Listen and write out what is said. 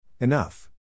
Enough